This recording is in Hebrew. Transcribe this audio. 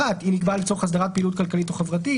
(1) היא נקבעה לצורך הסדרת פעילות כלכלית או חברתית,